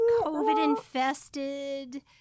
COVID-infested